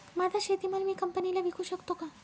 माझा शेतीमाल मी कंपनीला विकू शकतो का?